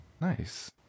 Nice